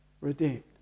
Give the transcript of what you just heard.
redeemed